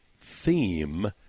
theme